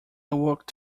worked